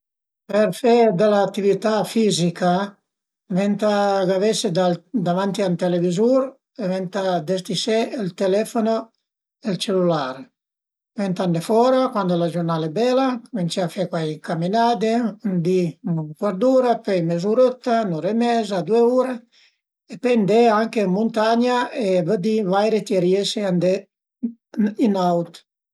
Per fe dë l'atività fizica venta gavese da davanti a ün televizur, venta destisé ël telefono e ël cellular, pöi ëntà andé fora, cuand la giurnà al e bela, cumincé a fe cuai caminade, ün di ün cuart d'ura, pöi mezurëtta, ün'ura e meza, due ure e pöi andé anche ën muntagna e vëddi vaire ti riese a andé in aut